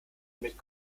mit